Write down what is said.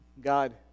God